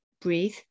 Breathe